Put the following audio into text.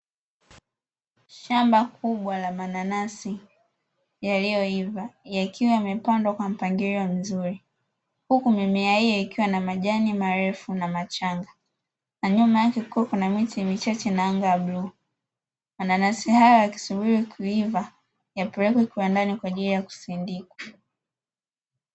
Shamba kubwa la mananasi yaliyoiva yakiwa yamepandwa kwa mpangilio mzuri huku mimea hiyo ikiwa na majani marefu na machanga, na nyuma yake kukiwa na miti michache, na anga la bluu. Mananasi hayo yakisubiri kuiva yapelekwe kiwandani kwa ajili ya kusindikwa.